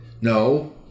No